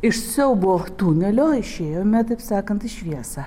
iš siaubo tunelio išėjome taip sakant į šviesą